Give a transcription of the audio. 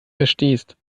verstehst